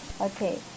Okay